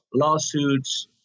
lawsuits